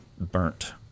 burnt